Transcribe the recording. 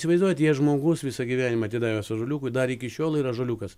įsivaizduojat jei žmogus visą gyvenimą atidavęs ąžuoliukui dar iki šiol yra ąžuoliukas